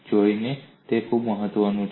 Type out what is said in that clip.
તે ખૂબ મહત્વનું છે